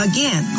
Again